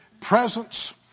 Presence